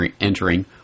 entering